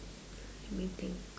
let me think